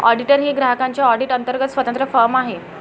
auditor ही ग्राहकांच्या audit अंतर्गत स्वतंत्र फर्म आहे